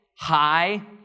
high